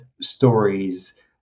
stories